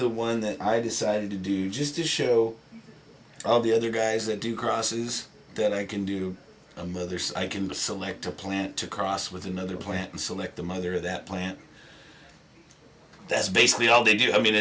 the one that i decided to do just to show all the other guys that do crosses that i can do a mother so i can select a plant to cross with another plant and select the mother of that plant that's basically all they did i mean